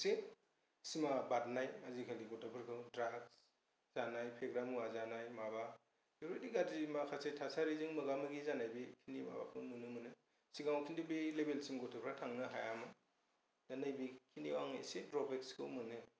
एसे सिमा बारनाय आजिखालि गथ'फोरखौ ड्राग्स जानाय फेग्रा मुवा जानाय माबा बेफोर बायदि गाज्रि माखासे थासारिजों मोगा मोगि जानाय बेखिनि माबाखौ नुनो मोनो सिगाङाव किन्तु बे लेभेलसिम गथ'फ्रा थांनो हायामोन दा नैबे खिनिआव आं एसे ड्र'बेक्सखौ मोनो